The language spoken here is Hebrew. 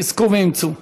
חזקו ואמצו.